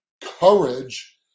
courage